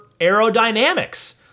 aerodynamics